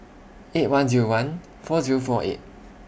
eight one Zero one four Zero four eight